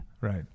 Right